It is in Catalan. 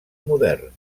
modern